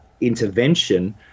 Intervention